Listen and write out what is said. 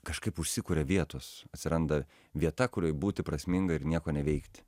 kažkaip užsikuria vietos atsiranda vieta kurioje būti prasminga ir nieko neveikti